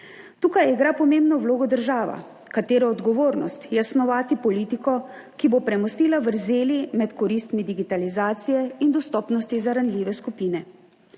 Tukaj igra pomembno vlogo država, katere odgovornost je snovati politiko, ki bo premostila vrzeli med koristmi digitalizacije in dostopnosti za ranljive skupine.